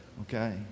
okay